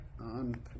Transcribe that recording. on